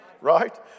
right